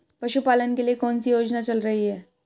पशुपालन के लिए कौन सी योजना चल रही है?